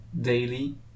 daily